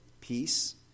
peace